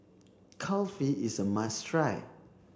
Kulfi is a must try